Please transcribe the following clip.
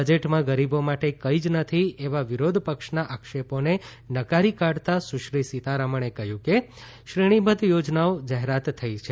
બજેટમાં ગરીબો માટે કઈ જ નથી એવા વિરોધપક્ષના આક્ષેપોને નકારી કાઢતા સુશ્રી સીતારમણે કહ્યું કે શ્રેણીબદ્ધ યોજનાઓ ની જાહેરાત થઈ છે